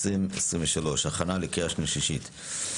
התשפ"ג-2023 (מ/1612), הכנה לקריאה שנייה ושלישית.